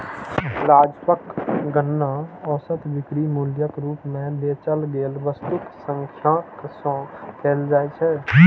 राजस्वक गणना औसत बिक्री मूल्यक रूप मे बेचल गेल वस्तुक संख्याक सं कैल जाइ छै